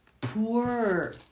poor